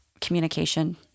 communication